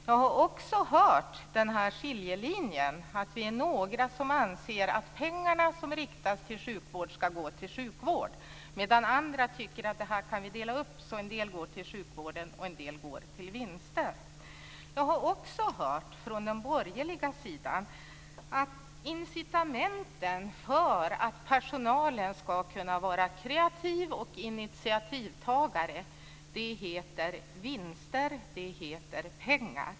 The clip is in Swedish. Jag har också hört att det finns en skiljelinje, genom att några av oss anser att pengarna som riktas till sjukvård ska gå till sjukvård medan andra tycker att vi kan dela upp dem så att en del går till sjukvård och en del går till vinster. Jag har också hört från den borgerliga sidan att incitamenten för att personalen ska kunna vara kreativ och initiativtagare heter vinster och pengar.